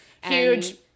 Huge